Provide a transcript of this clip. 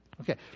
Okay